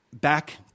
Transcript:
back